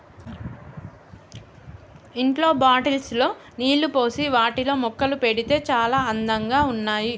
ఇంట్లో బాటిల్స్ లో నీళ్లు పోసి వాటిలో మొక్కలు పెడితే చాల అందంగా ఉన్నాయి